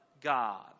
God